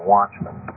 Watchmen